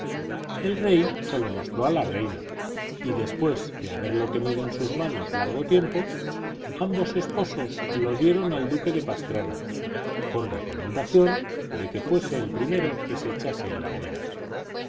el rey se lo mostró a la reina y después de haberlo tenido en sus manos largo tiempo ambos esposos lo dieron al duque de pastrana con recomendación de que fuese el primero que se echase en la hoguera